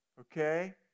okay